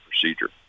procedure